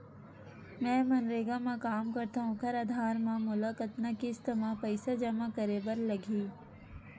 मैं मनरेगा म काम करथव, ओखर आधार म मोला कतना किस्त म पईसा जमा करे बर लगही?